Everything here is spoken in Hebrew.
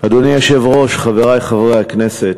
אדוני היושב-ראש, חברי חברי הכנסת,